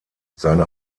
seine